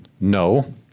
no